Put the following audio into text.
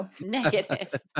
negative